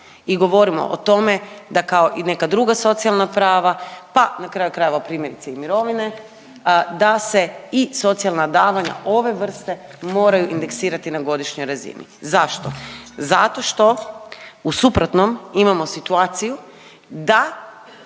i govorimo o tome da kao i neka druga socijalna prava, pa na kraju krajeva primjerice i mirovine da se i socijalna davanja ove vrste moraj indeksirati na godišnjoj razini. Zašto? Zato što u suprotnom imamo situaciju da